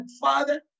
father